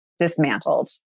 Dismantled